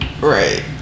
Right